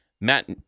Matt